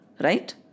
right